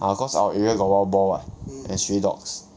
ah cause our area got wild boar ah and stray dogs